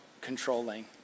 controlling